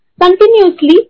continuously